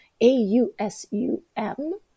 A-U-S-U-M